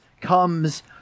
comes